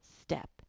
step